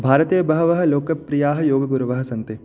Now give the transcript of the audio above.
the भारते बहवः लोकप्रियाः योगगुरवः सन्ति